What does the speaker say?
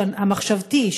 המחשבתי,